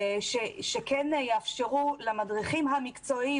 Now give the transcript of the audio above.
שכן יאפשרו למדריכים המקצועיים,